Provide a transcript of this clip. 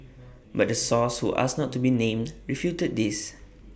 but the source who asked not to be named refuted this